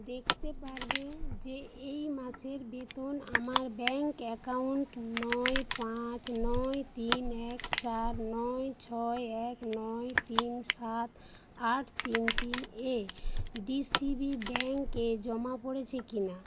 দেখতে পারবে যে এই মাসের বেতন আমার ব্যাঙ্ক অ্যাকাউন্ট নয় পাঁচ নয় তিন এক চার নয় ছয় এক নয় তিন সাত আট তিন তিন এ ডিসিবি ব্যাঙ্কে জমা পড়েছে কি না